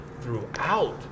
throughout